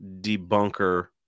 debunker